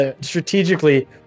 strategically